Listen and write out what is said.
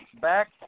back